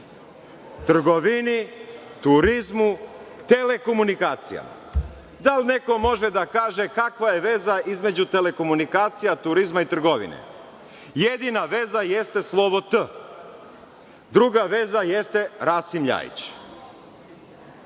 trgovini, turizmu i telekomunikacijama. Da li neko može da kaže kakva je veza između telekomunikacija, turizma i trgovine? Jedina veza jeste slovo „T“. Druga veza jeste Rasim LJajić. Otkada